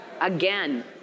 again